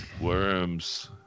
Worms